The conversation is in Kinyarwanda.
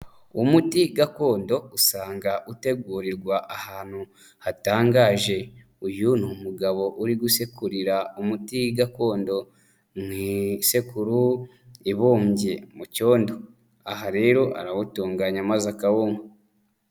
Umuti gakondo usanga utegurirwa ahantu hatangaje. Uyu ni umugabo uri gusekurira umuti gakondo mu isekuru ibumbye mu cyondo, aha rero arawutunganya maze akawunywa.